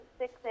six